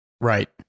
Right